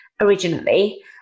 originally